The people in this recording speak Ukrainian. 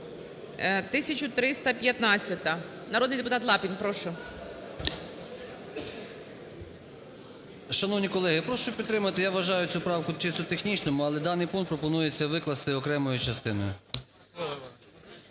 1315-а. Народний депутат Лапін. Прошу. 11:12:37 ЛАПІН І.О. Шановні колеги, я прошу підтримати. Я вважаю цю правку чисто технічною, але даний пункт пропонується викласти окремою частиною.